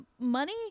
money